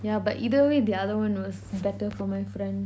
yeah but either way the other one was better for my friend